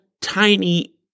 tiny